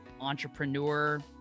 entrepreneur